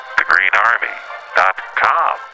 theGreenArmy.com